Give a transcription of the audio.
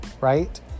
Right